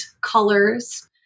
colors